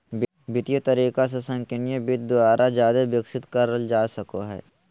वित्तीय तरीका से संगणकीय वित्त द्वारा जादे विकसित करल जा सको हय